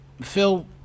Phil